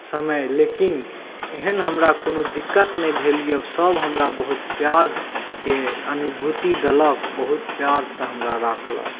समय लेकिन एहन हमरा कोनो दिक्कत नहि भेल अइ सब हमरा पिआरके अनुभूति देलक बहुत पिआरसँ हमरा राखलक